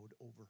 over